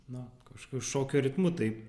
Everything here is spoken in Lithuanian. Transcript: na kažkokiu šokio ritmu tai